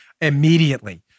immediately